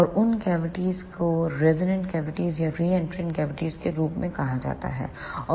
और उन कैविटीज को रेजोनेंट कैविटीज या री एंट्रेंट कैविटीज के रूप में कहा जाता है